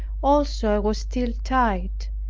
also i was still tied,